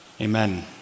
Amen